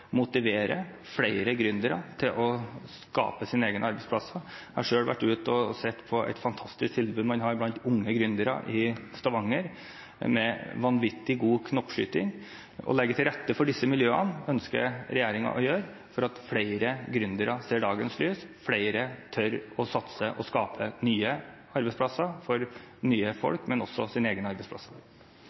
motivere flere gründere til å skape sine egne arbeidsplasser. Jeg har selv vært ute og sett på et fantastisk tilbud man har blant unge gründere i Stavanger – med vanvittig god knoppskyting. Regjeringen ønsker å legge til rette for disse miljøene slik at flere gründere ser dagens lys og flere tør å satse og skape nye arbeidsplasser for nye folk, men også sine egne arbeidsplasser.